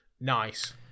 nice